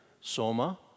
soma